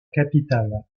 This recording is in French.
capitale